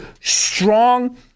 strong